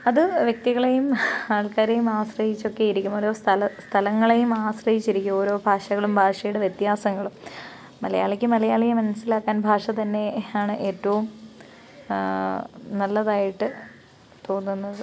അത് വ്യക്തികളെയും ആൾക്കാരെയും ആശ്രയിച്ചൊക്കെ ഇരിക്കും ഒരു സ്ഥലങ്ങളെയും ആശ്രയിച്ചിരിക്കും ഓരോ ഭാഷകളും ഭാഷയുടെ വ്യത്യാസങ്ങളും മലയാളിക്ക് മലയാളിയെ മനസ്സിലാക്കാൻ ഭാഷ തന്നെ ആണ് ഏറ്റവും നല്ലതായിട്ട് തോന്നുന്നത്